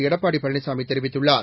எடப்பாடிபழனிசாமிதெரிவித்துள்ளார்